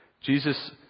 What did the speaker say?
Jesus